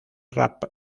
rap